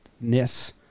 ness